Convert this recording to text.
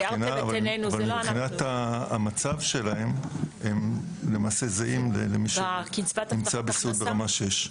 מבחינת המצב שלהם הם למעשה זהים למי שנמצא בסיעוד ברמה (6).